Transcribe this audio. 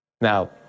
Now